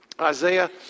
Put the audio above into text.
Isaiah